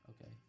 Okay